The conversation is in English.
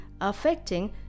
affecting